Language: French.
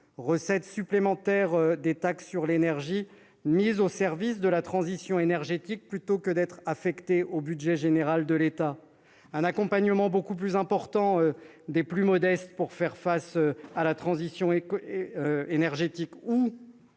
recettes supplémentaires des taxes sur l'énergie mises au service de la transition énergétique plutôt que d'être affectées au budget général, accompagnement bien plus important des plus modestes pour faire face à la transition énergétique,